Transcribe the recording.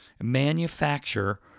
manufacture